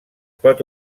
pot